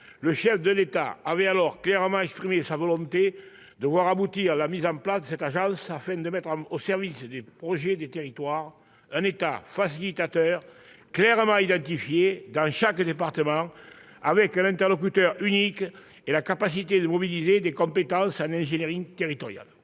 Le chef de l'État avait alors clairement exprimé sa volonté de voir aboutir la création de cette agence, afin de mettre au service des projets des territoires un État facilitateur clairement identifié dans chaque département, avec un interlocuteur unique et la capacité de mobiliser des compétences en ingénierie territoriale.